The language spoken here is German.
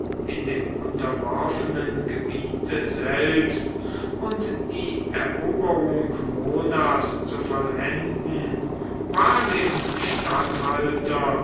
in dem unterworfenen gebiete selbst und die eroberung monas zu vollenden war dem statthalter